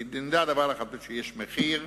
וחשוב שנדע דבר אחד: יש מחיר.